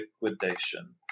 liquidation